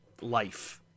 life